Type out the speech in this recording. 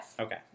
Okay